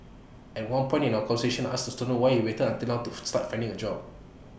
at one point in our conversation I asked the student why he waited until now to start finding A job